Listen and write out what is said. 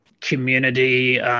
community